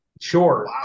Sure